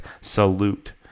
salute